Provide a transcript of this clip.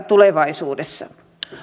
tulevaisuudessa